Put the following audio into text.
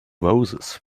roses